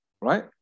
right